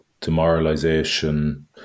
demoralization